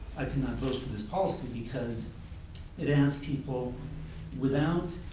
i cannot vote for this policy because it asks people without